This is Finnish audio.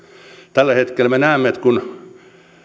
tällä hetkellä me näemme että kun